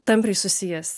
tampriai susijęs